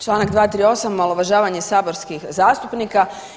Čl. 238. omalovažavanje saborskih zastupnika.